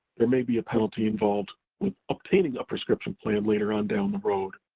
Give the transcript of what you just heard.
there may be a penalty involved with obtaining a prescription plan later on down the road.